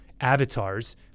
avatars